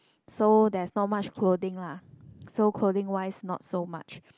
so there's not much clothing lah so clothing wise not so much